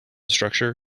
structure